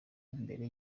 mbere